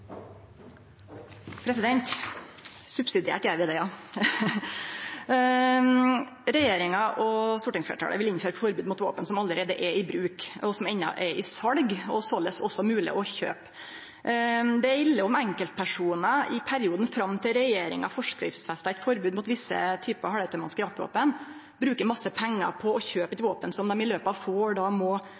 i bruk, og som enno er i sal og såleis òg mogleg å kjøpe. Det er ille om enkeltpersonar i perioden fram til regjeringa forskriftsfestar eit forbod mot bestemte halvautomatiske jaktvåpen, brukar mykje pengar på å kjøpe eit våpen som dei i løpet av få år må